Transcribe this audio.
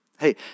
Hey